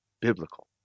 biblical